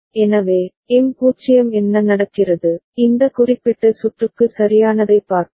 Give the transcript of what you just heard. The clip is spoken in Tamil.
எனவே எம் 0 என்ன நடக்கிறது இந்த குறிப்பிட்ட சுற்றுக்கு சரியானதைப் பார்ப்போம்